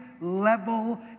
level